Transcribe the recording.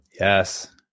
Yes